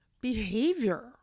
behavior